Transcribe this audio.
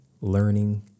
learning